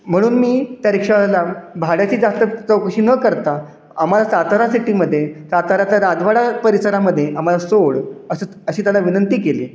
म्हणून मी त्या रिक्षावाल्याला भाड्याची जास्त चौकशी न करता आम्हाला सातारा सिटीमध्ये साताराच्या राजवाडा परिसरामध्ये आम्हाला सोड अशी अशी त्याला विनंती केली